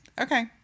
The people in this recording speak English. Okay